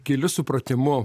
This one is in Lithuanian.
giliu supratimu